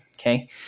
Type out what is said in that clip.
Okay